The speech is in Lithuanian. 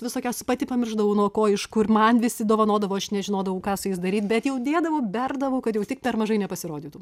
visokias pati pamiršdavau nuo ko iš kur man visi dovanodavo aš nežinodavau ką su jais daryt bet jau dėdavau berdavau kad jau tik per mažai nepasirodytų